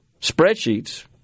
spreadsheets